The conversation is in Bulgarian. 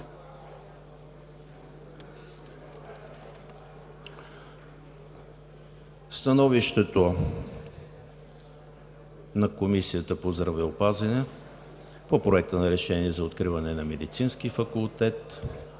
становище на Комисията по здравеопазване по Проекта на решение за откриване на Медицински факултет